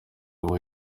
uwo